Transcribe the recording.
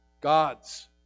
God's